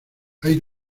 hay